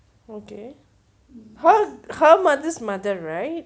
okay her her mother's mother right